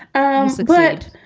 i'm so glad.